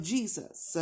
Jesus